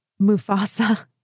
Mufasa